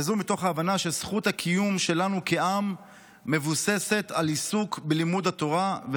וזאת מתוך הבנה שזכות הקיום שלנו כעם מבוססת על עיסוק בלימוד התורה,